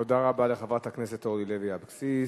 תודה רבה לחברת הכנסת אורלי לוי אבקסיס.